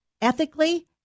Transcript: ethically